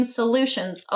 solutions